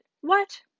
What